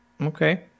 Okay